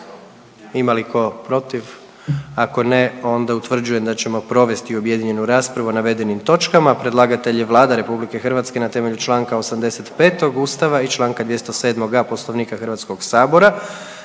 ima li ko protiv? Ako ne onda utvrđujem da ćemo provesti objedinjenu raspravu o navedenim točkama. Predlagatelj je Vlada RH na temelju čl. 85. Ustava i čl. 207.a. Poslovnika HS-a.